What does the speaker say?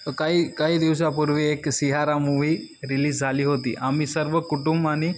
काही काही दिवसापूर्वी एक सैयारा मूव्ही रिलीज झाली होती आम्ही सर्व कुटुंबाने